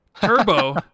Turbo